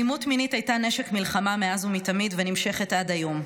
"אלימות מינית הייתה נשק מלחמה מאז ומתמיד ונמשכת עד היום.